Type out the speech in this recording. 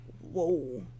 whoa